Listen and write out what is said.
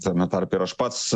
tame tarpe ir aš pats